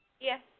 Yes